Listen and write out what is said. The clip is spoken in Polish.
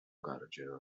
gardziel